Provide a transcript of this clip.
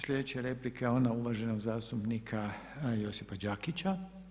Sljedeća replika je ona uvaženog zastupnika Josipa Đakića.